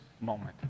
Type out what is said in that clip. moment